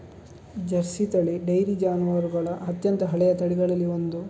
Jersey ತಳಿ dairy ಜಾನುವಾರುಗಳ ಅತ್ಯಂತ ಹಳೆಯ ತಳಿಗಳಲ್ಲಿ ಒಂದು